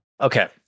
Okay